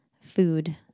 food